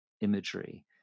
imagery